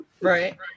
Right